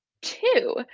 two